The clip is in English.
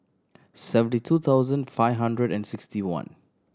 seventy two thousand five hundred and sixty one